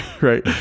right